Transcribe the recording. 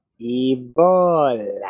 Ebola